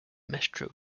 metro